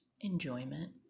enjoyment